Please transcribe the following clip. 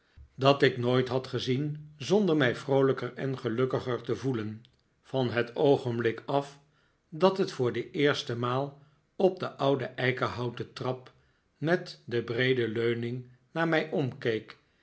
dat ik nooit had gezien zonder mij vroolijker en gelukkiger te voelen van het oogenblik af dat het voor de eerste maal op de oude eikenhouten trap met de breede leuning naar mij omkeek